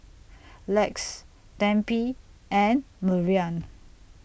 Lex Tempie and Marian